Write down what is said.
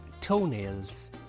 toenails